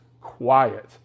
quiet